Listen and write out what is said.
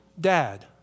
dad